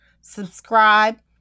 Subscribe